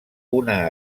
una